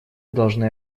должны